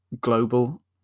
global